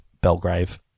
Belgrave